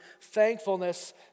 thankfulness